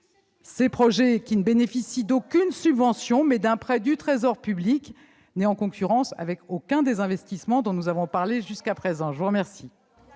Ce projet qui ne bénéficie d'aucune subvention mais d'un prêt du Trésor public n'est en concurrence avec aucun des investissements dont nous avons parlé jusqu'à présent. Et l'entretien